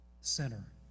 sinner